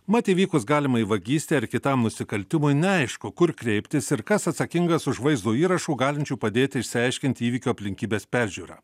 mat įvykus galimai vagystei ar kitam nusikaltimui neaišku kur kreiptis ir kas atsakingas už vaizdo įrašų galinčių padėti išsiaiškinti įvykio aplinkybes peržiūrą